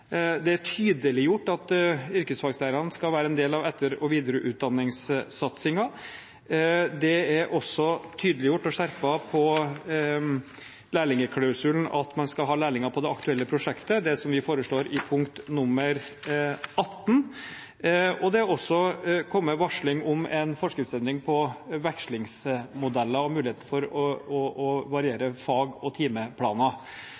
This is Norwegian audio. Det er tydeliggjort at yrkesfaglærerne skal være en del av etter- og videreutdanningssatsingen. Det er også tydeliggjort og skjerpet i lærlingklausulen at man skal ha lærlinger på det aktuelle prosjektet – det som vi foreslår i forslag 18. Det er også kommet varsling om en forskriftsendring på vekslingsmodeller og muligheten for å variere fag- og timeplaner.